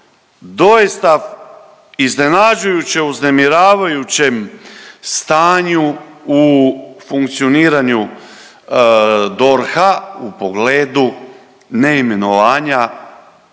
doista iznenađujuće uznemiravajućem stanju u funkcioniranju DORH-a u pogledu neimenovanja